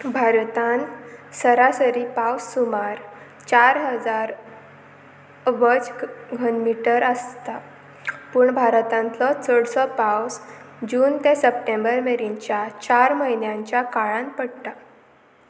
भारतांत सरासरी पावस सुमार चार हजार अभनमिटर आसता पूण भारतांतलो चडसो पावस जून ते सप्टेंबर मेरेनच्या चार म्हयन्यांच्या काळान पडटा